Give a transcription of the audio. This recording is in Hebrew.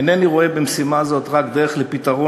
איני רואה במשימה זו רק דרך לפתרון